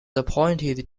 appointed